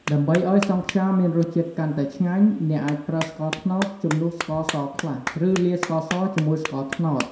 ដើម្បីឲ្យសង់ខ្យាមានរសជាតិកាន់តែឆ្ងាញ់ អ្នកអាចប្រើ ស្ករត្នោត ជំនួសស្ករសខ្លះ ឬលាយស្ករសជាមួយស្ករត្នោត។